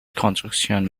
construction